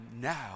now